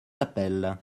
appel